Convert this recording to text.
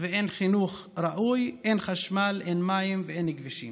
ואין חינוך ראוי, אין חשמל, אין מים ואין כבישים.